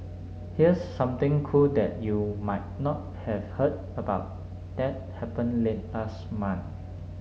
here's something cool that you might not have heard about that happened late last month